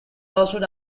lawsuit